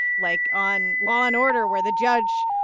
like, on law and order, where the judge,